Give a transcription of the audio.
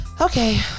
okay